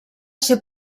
ser